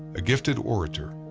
a gifted orator,